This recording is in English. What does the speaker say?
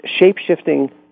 Shapeshifting